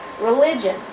Religion